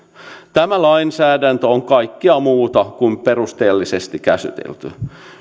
tämä lainsäädäntö on kaikkea muuta kuin perusteellisesti käsitelty